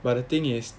but the thing is